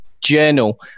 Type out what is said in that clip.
journal